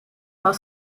are